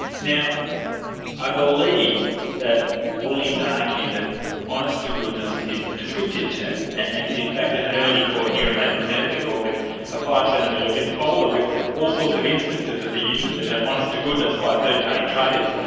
now i believe that woolies argue that honest to goodness is a descriptive term, and in fact at an early court hearing, they presented the court with a five centimetre thick folder with all sorts of instances of the use of the term honest to goodness by third party traders,